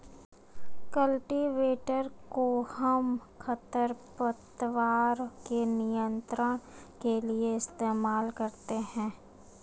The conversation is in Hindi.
कल्टीवेटर कोहम खरपतवार के नियंत्रण के लिए इस्तेमाल करते हैं